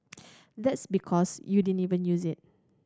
that's because you didn't even use it